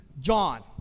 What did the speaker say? John